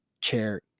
Chair